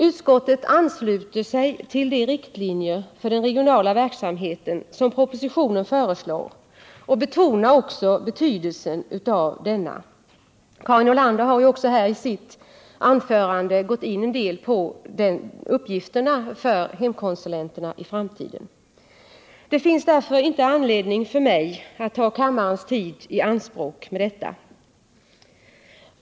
Utskottet ansluter sig till de riktlinjer för den regionala verksamheten som föreslås i propositionen och betonar också betydelsen av denna verksamhet. Karin Nordlander har i sitt anförande gått in på en del av hemkonsulenternas uppgifter i framtiden. Det finns därför inte anledning för mig att ta kammarens tid i anspråk för detta.